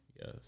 Yes